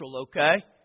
okay